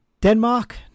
Denmark